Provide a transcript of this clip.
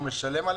הוא משלם עליה?